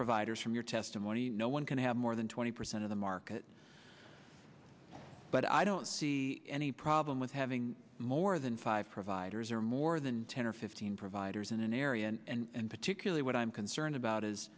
providers from your testimony no one can have more than twenty percent of the market but i don't see any problem with having more than five providers or more than ten or fifteen providers in an area and particularly what i'm concerned about is